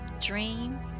Dream